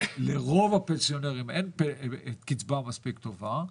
לרוב הפנסיונרים אין קצבה מספיק טובה,